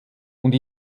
und